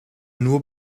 nur